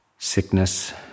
Sickness